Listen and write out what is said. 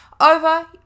over